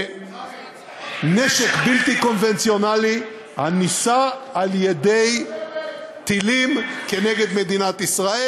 לנשק בלתי קונבנציונלי הנישא על-ידי טילים כנגד מדינת ישראל.